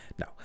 No